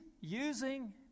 using